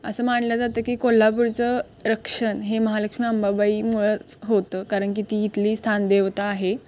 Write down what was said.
असं मानलं जातं की कोल्हापूरचं रक्षण हे महालक्ष्मी अंबाबाईमुळंच होतं कारण की ती इथली स्थानदेवता आहे